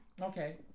Okay